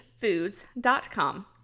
foods.com